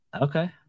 Okay